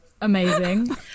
Amazing